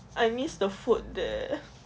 I miss the food there